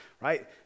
right